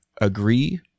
agree